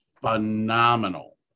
phenomenal